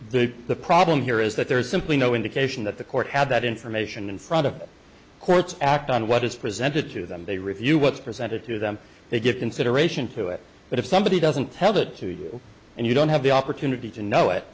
circuit the problem here is that there is simply no indication that the court had that information in front of courts act on what is presented to them they review what's presented to them they give consideration to it but if somebody doesn't tell that to you and you don't have the opportunity to know it